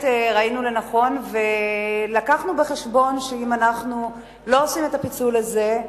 ראינו לנכון ולקחנו בחשבון שאם אנחנו לא עושים את הפיצול הזה,